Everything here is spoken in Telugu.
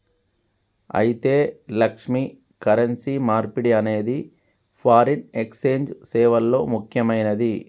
అయితే లక్ష్మి, కరెన్సీ మార్పిడి అనేది ఫారిన్ ఎక్సెంజ్ సేవల్లో ముక్యమైనది